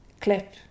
clip